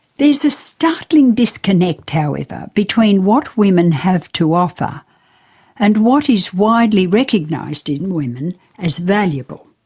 there is a startling disconnect however between what women have to offer and what is widely recognised in women as valuable.